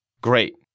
Great